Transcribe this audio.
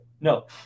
No